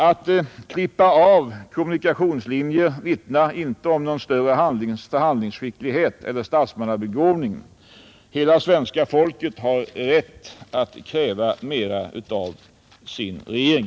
Att klippa av kommunikationslinjer vittnar inte om någon större förhandlingsskicklighet eller statsmannabegåvning. Hela svenska folket har rätt att kräva mer av sin regering.